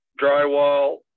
drywall